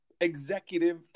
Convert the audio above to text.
executive